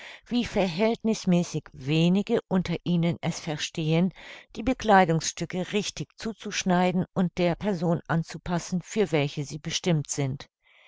wie verhältnißmäßig wenige unter ihnen es verstehen die bekleidungsstücke richtig zuzuschneiden und der person anzupassen für welche sie bestimmt sind